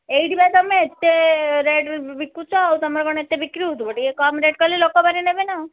ଏଇଠି ବା ତୁମେ ଏତେ ରେଟ୍ରେ ବିକୁଛ ଆଉ ତୁମର କ'ଣ ଏତେ ବିକ୍ରି ହେଉଥିବ ଟିକେ କମ ରେଟ୍ କଲେ ଲୋକମାନେ ନେବେ ନାଁ